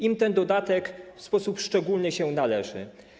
Im ten dodatek w sposób szczególny się należy.